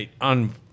On